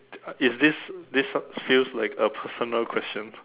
is this this feels like a personal question